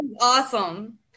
Awesome